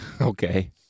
Okay